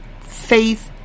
faith